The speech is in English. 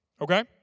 okay